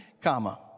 comma